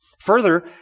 Further